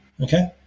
Okay